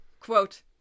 quote